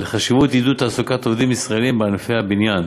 לחשיבות עידוד תעסוקת עובדים ישראלים בענפי הבניין,